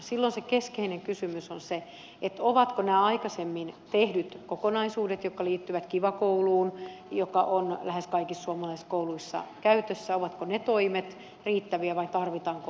silloin se keskeinen kysymys on se ovatko nämä aikaisemmin tehdyt kokonaisuudet ja toimet jotka liittyvät kiva kouluun joka on lähes kaikissa suomalaisissa kouluissa käytössä riittäviä vai tarvitaanko uusia toimia